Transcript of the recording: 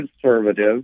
conservative